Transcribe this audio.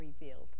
revealed